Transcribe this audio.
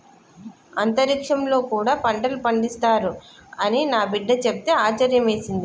అంతరిక్షంలో కూడా పంటలు పండిస్తారు అని నా బిడ్డ చెప్తే ఆశ్యర్యమేసింది